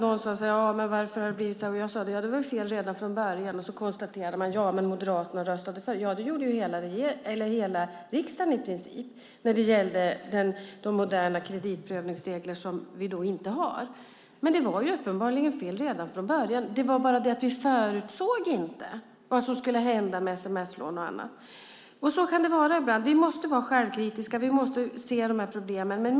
Någon sade: Varför har det blivit så här? Jag sade att det var fel redan från början. Då konstaterade man att Moderaterna röstade för. Det gjorde ju hela riksdagen i princip när det gällde de moderna kreditprövningsregler som vi då inte har. Det var uppenbarligen fel redan från början. Det var bara det att vi inte förutsåg vad som skulle hända med sms-lån och annat. Så kan det vara ibland. Vi måste vara självkritiska. Vi måste se de här problemen.